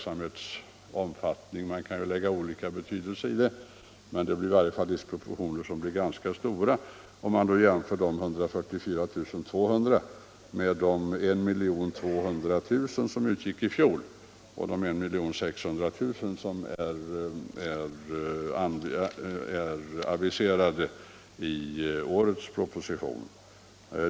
Jämför man detta med vad de 26 RIA-byråerna i landet får blir disproportionen ganska stor mellan anslag och verksamhetsomfattning — låt vara att man kan lägga olika betydelse i detta begrepp.